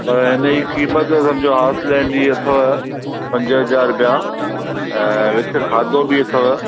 पर हिन जी क़ीमत समुझो होर्स लैंड जी अथव पंज हज़ार रुपया ऐं विथ खाधो बि अथव